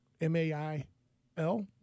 M-A-I-L